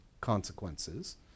consequences